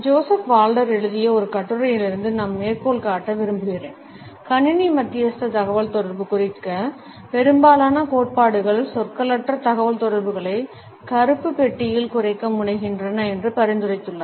Joseph Walter எழுதிய ஒரு கட்டுரையிலிருந்து நான் மேற்கோள் காட்ட விரும்புகிறேன் கணினி மத்தியஸ்த தகவல்தொடர்பு குறித்த பெரும்பாலான கோட்பாடுகள் சொற்களற்ற தகவல்தொடர்புகளை கருப்பு பெட்டியில் குறைக்க முனைகின்றன என்று பரிந்துரைத்துள்ளார்